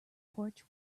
porch